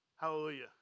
Hallelujah